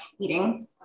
eating